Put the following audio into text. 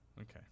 Okay